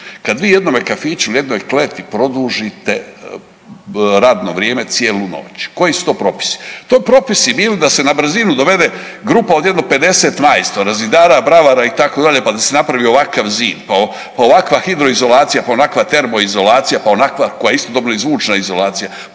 kad vi jednome kafiću jednoj kleti produžite radno vrijeme cijelu noć koji su to propisi? To bi propisi bili da se na brzinu dovede grupa od jedno 50 majstora, zidara, bravara itd. pa da se napravi ovakav zid, pa ovakva hidroizolacija, pa onakva termoizolacija, pa onakva koja je istodobno i zvučna izolacija,